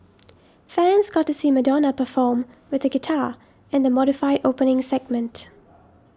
fans got to see Madonna perform with a guitar in the modified opening segment